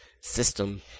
system